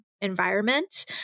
environment